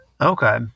Okay